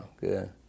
good